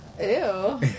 Ew